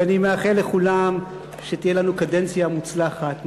ואני מאחל לכולם שתהיה לנו קדנציה מוצלחת,